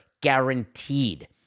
guaranteed